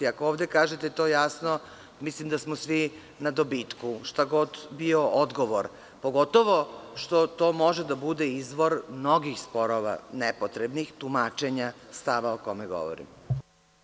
Ako ovde kažete to jasno, mislim da smo svi na dobitku, šta god bio odgovor, pogotovo što to može da bude izvor mnogih sporova, nepotrebnih za tumačenja stava o kome govorimo.